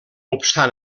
obstant